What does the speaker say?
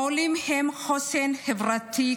העולים הם חוסן חברתי,